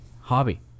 hobby